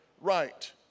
right